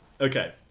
Okay